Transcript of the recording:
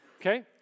Okay